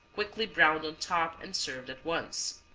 quickly browned on top and served at once.